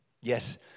Yes